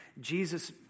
Jesus